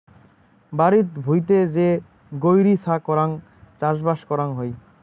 বাড়িত ভুঁইতে যে গৈরী ছা করাং চাষবাস করাং হই